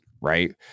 right